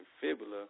fibula